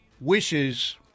wishes